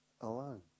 alone